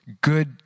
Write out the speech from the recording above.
good